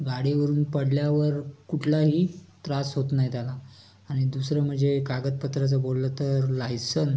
गाडीवरून पडल्यावर कुठलाही त्रास होत नाही त्याला आणि दुसरं म्हणजे कागदपत्राचं बोललं तर लाइसन